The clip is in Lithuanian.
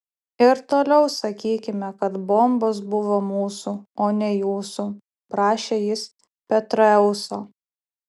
ir toliau sakykime kad bombos buvo mūsų o ne jūsų prašė jis petraeuso